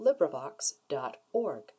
LibriVox.org